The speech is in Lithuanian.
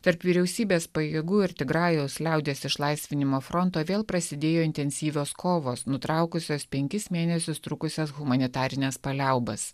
tarp vyriausybės pajėgų ir tigrajaus liaudies išlaisvinimo fronto vėl prasidėjo intensyvios kovos nutraukusios penkis mėnesius trukusias humanitarines paliaubas